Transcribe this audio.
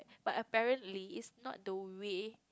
but apparently it's not the way